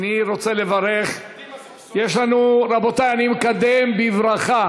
אני רוצה לברך, רבותי, אני מקדם בברכה